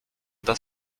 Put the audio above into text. das